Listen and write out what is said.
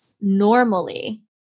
normally